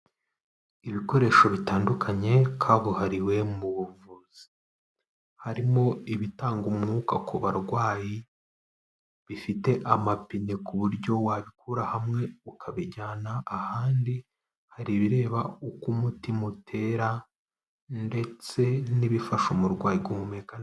Ibikoresho bitandukanye kabuhariwe mu buvuzi, harimo ibitanga umwuka ku barwayi bifite amapine ku buryo wabikura hamwe ukabijyana ahandi, hari ibireba uko umutima utera ndetse n'ibifasha umurwayi guhumeka.